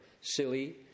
silly